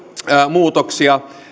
muutoksia